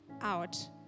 out